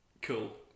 Cool